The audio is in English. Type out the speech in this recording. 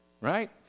right